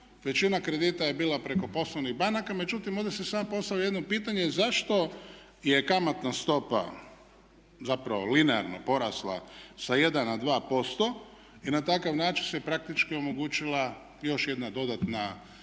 Većina kredita je bila preko poslovnih banaka. Međutim, ovdje se samo postavlja jedno pitanje zašto je kamatna stopa zapravo linearno porasla sa jedan na dva posto i na takav način se praktički omogućila još jedna dodatna zarada